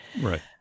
Right